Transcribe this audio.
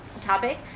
topic